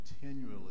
continually